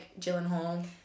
Gyllenhaal